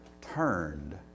turned